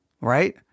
right